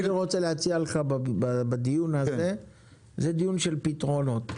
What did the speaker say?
הדיון הזה זה דיון של פתרונות,